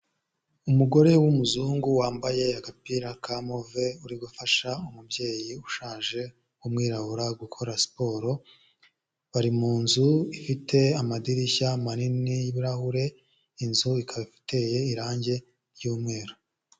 Umugore w'umuzungu wambaye agapira ka move uri gufasha umubyeyi ushaje w'umwirabura gukora siporo, bari mu nzu ifite amadirishya manini y'ibirahure, inzu ikaba iteye irangi ry'umweru.